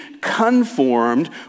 conformed